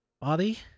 body